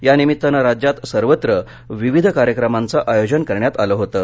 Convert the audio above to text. या निमित्तानं राज्यात सर्वत्र विविध कार्यक्रमांचं आयोजन करण्यात आलं होतं